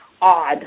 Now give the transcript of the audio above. odd